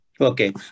Okay